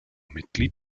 mitglied